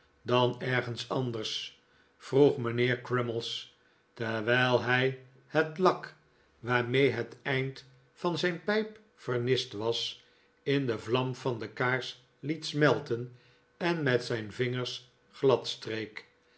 dan ergens anders vroeg mijnheer crummies terwijl hij het lak waarmee het eind van zijn pijp gevernist was in de vlam van de kaars liet smelten en met zijn vingers